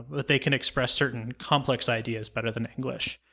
but they can express certain complex ideas better than english.